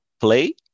play